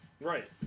Right